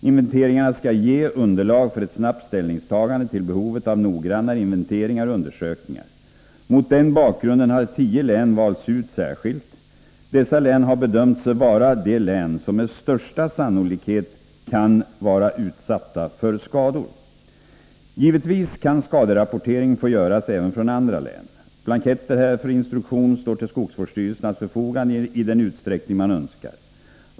Inventeringarna skall ge underlag för ett snabbt ställningstagande till behovet av noggrannare inventeringar och undersökningar. Mot den bakgrunden har tio län valts ut särskilt. Dessa län har bedömts vara de län som med största sannolikhet kan vara utsatta för skador. Givetvis kan skaderapportering få göras även från andra län. Blanketter härför och instruktion står till skogsvårdsstyrelsernas förfogande i den utsträckning man önskar.